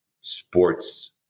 sports